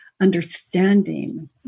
understanding